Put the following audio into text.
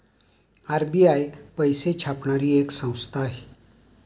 RBI पैसे छापणारी एक संस्था आहे